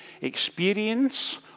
experience